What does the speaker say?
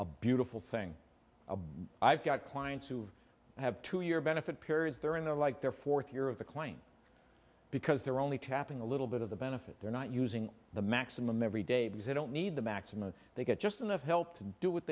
a beautiful thing about i've got clients who have two year benefit period during the like their fourth year of the claim because they're only tapping a little bit of the benefit they're not using the maximum every day because they don't need the maximum they get just enough help to do what